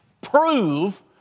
prove